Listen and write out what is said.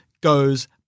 goes